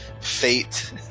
fate